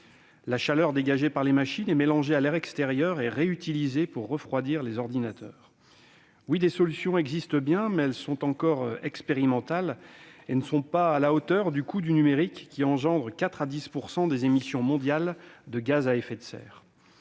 La chaleur dégagée par les machines est mélangée à l'air extérieur et réutilisée pour refroidir les ordinateurs. Des solutions existent bien, mais elles sont encore expérimentales et ne sont pas encore à la hauteur du coût du numérique qui engendre entre 4 % et 10 % des émissions mondiales de gaz à effet de serre,